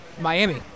Miami